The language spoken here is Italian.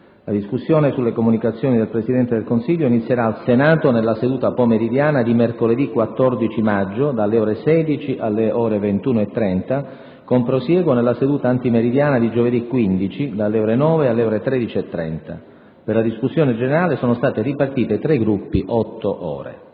La discussione sulle comunicazioni del Presidente del Consiglio inizierà al Senato nella seduta pomeridiana di mercoledì 14 maggio, dalle ore 16 alle ore 21,30, con prosieguo nella seduta antimeridiana di giovedì 15, dalle ore 9 alle ore 11,30. Per la discussione generale sono state ripartite tra i Gruppi otto ore.